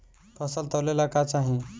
फसल तौले ला का चाही?